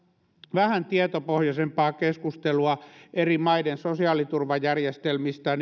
vähän tietopohjaisempaa keskustelua eri maiden sosiaaliturvajärjestelmistä